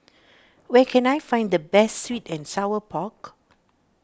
where can I find the best Sweet and Sour Pork